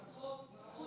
עשרות.